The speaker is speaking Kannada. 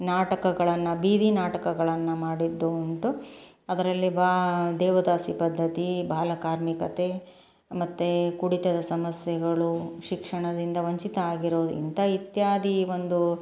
ನಾಟಕಗಳನ್ನು ಬೀದಿ ನಾಟಕಗಳನ್ನು ಮಾಡಿದ್ದು ಉಂಟು ಅದರಲ್ಲಿ ಬಾ ದೇವದಾಸಿ ಪದ್ಧತಿ ಬಾಲ ಕಾರ್ಮಿಕತೆ ಮತ್ತು ಕುಡಿತದ ಸಮಸ್ಯೆಗಳು ಶಿಕ್ಷಣದಿಂದ ವಂಚಿತ ಆಗಿರೋರು ಇಂಥ ಇತ್ಯಾದಿ ಒಂದು